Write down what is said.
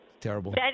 Terrible